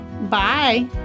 Bye